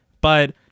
But-